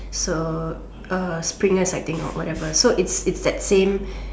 so uh spring yes I think or whatever so it's it's that same